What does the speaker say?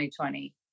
2020